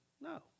no